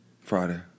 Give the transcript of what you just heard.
Friday